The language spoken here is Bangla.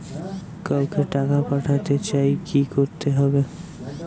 কাউকে টাকা পাঠাতে চাই কি করতে হবে?